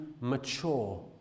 mature